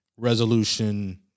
resolution